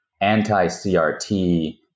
anti-CRT